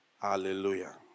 Hallelujah